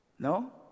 No